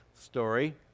story